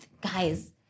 guys